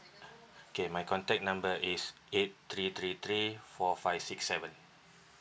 okay my contact number is eight three three three four five six seven